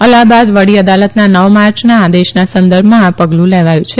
અલાહબાદ વડી અદાલતના નવ માર્યના આદેશના સંદર્ભમાં આ પગલું લેવાયું છે